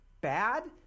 bad